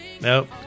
Nope